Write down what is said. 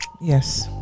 Yes